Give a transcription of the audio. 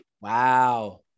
Wow